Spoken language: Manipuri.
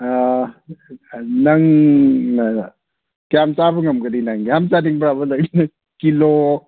ꯑꯥ ꯅꯪꯅ ꯀꯌꯥꯝ ꯆꯥꯕ ꯉꯝꯒꯅꯤ ꯅꯪ ꯌꯥꯝ ꯆꯥꯅꯤꯡꯕ꯭ꯔꯥꯕ ꯅꯪ ꯀꯤꯂꯣ